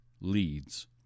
leads